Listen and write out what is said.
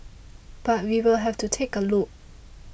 but we'll have to take a look